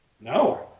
No